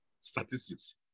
statistics